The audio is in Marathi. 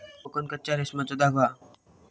कोकन कच्च्या रेशमाचो धागो हा